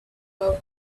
out